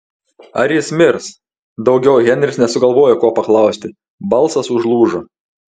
ar jis mirs daugiau henris nesugalvojo ko paklausti balsas užlūžo